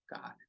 God